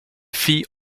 filles